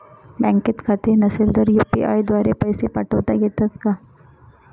बँकेत खाते नसेल तर यू.पी.आय द्वारे पैसे पाठवता येतात का?